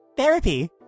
therapy